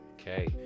okay